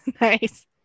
Nice